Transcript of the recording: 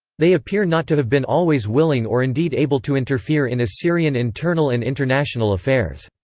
they appear not to have been always willing or indeed able to interfere in assyrian internal and international affairs.